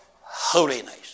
holiness